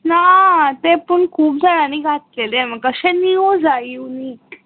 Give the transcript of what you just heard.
ना ते पूण खूब जाणांनी घातलले म्हाका अशे नीव जाय युवनीक